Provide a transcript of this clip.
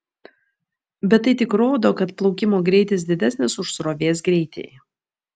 bet tai tik rodo kad plaukimo greitis didesnis už srovės greitį